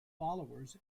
followers